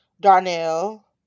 Darnell